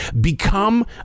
Become